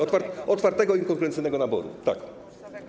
Otwartego i konkurencyjnego naboru, tak.